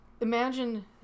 imagine